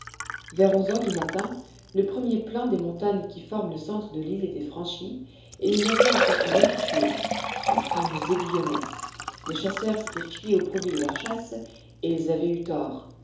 vers onze heures du matin le premier plan des montagnes qui forment le centre de l'île était franchi et nous n'avions encore rien tué la faim nous aiguillonnait les chasseurs s'étaient fiés au produit de leur chasse et ils avaient eu tort